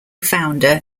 founder